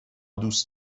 دوست